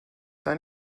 dein